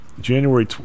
January